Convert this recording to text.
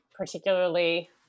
Particularly